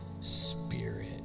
Spirit